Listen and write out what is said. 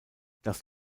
das